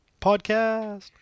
Podcast